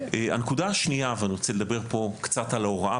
הנקודה השנייה, ואני רוצה לדבר פה קצת על ההוראה.